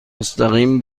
مستقیم